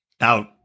out